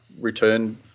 return